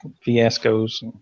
fiascos